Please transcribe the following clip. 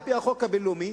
על-פי החוק הבין-לאומי,